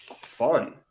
fun